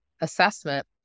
assessment